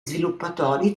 sviluppatori